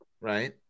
right